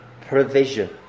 provision